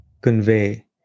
convey